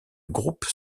groupe